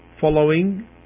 following